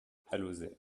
alauzet